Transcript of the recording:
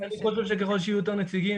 אני חושב שכלל שיהיו יותר נציגים,